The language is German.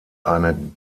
eine